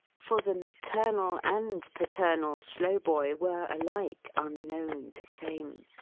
for the maternal and paternal slowboy were alike unknown to fame,